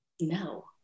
No